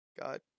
God